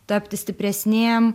tapti stipresnėm